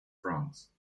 france